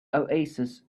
oasis